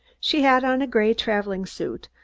she had on a gray traveling-suit,